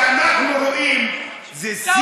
המחזה הזה שאנחנו רואים זה שיא העליבות,